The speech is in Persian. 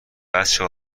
بچه